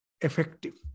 effective